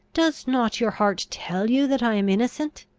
does not your heart tell you that i am innocent?